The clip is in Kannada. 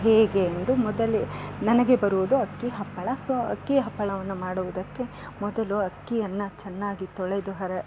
ಹೇಗೆ ಎಂದು ಮೊದಲು ನನಗೆ ಬರುವುದು ಅಕ್ಕಿ ಹಪ್ಪಳ ಸೊ ಅಕ್ಕಿ ಹಪ್ಪಳವನ್ನು ಮಾಡುವುದಕ್ಕೆ ಮೊದಲು ಅಕ್ಕಿಯನ್ನು ಚೆನ್ನಾಗಿ ತೊಳೆದು ಹರ